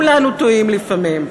כולנו טועים לפעמים.